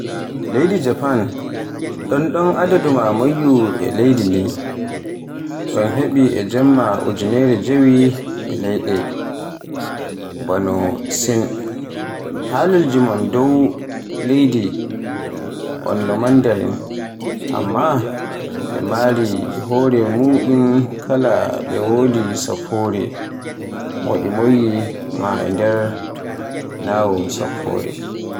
Leydi Japan ɗonɗon adadu maa moƴƴi e leydi ɗi, ɗon heɓi e jamma ujinere jewi dow kala. Haalugol mum dow leydi on no Mandarin, ammaa ɓe mari hoore mumɗe kala. ɓe waɗi sappoore waɗi moƴƴi maa, e nder Ñaawo Sappoore.